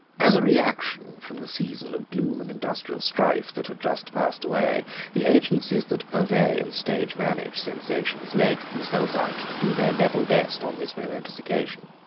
as a reaction from the season of gloom and industrial strife that had just passed away the agencies that purvey and stage-manage sensations laid themselves out to do their level best on this momentous occasion.